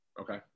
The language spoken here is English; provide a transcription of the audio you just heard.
Okay